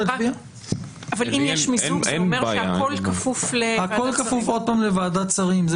אם יש מיזוג זה אומר שהכול כפוף לוועדת שרים.